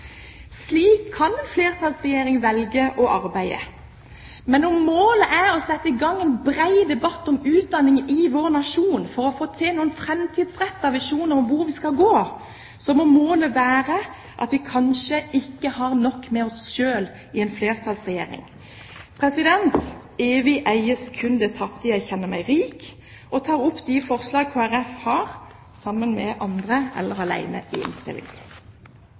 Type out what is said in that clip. Slik kan en flertallsregjering velge å arbeide, men om målet er å sette i gang en bred debatt om utdanningen i vår nasjon for å få til noen framtidsrettede visjoner om hvor vi skal gå, må en flertallsregjering kanskje ikke ha nok med seg selv. «Evig eies kun det tapte.» Jeg kjenner meg rik. Jeg tar opp de forslagene i innstillingen som Kristelig Folkeparti har sammen med andre.